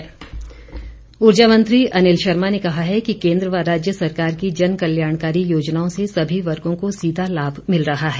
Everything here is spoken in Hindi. अनिल शर्मा ऊर्जा मंत्री अनिल शर्मा ने कहा है कि केन्द्र व राज्य सरकार की जनकल्याणकारी योजनाओं से सभी वर्गों को सीधा लाभ मिल रहा है